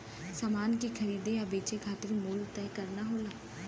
समान के खरीदे या बेचे खातिर मूल्य तय करना होला